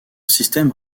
système